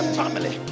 family